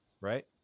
right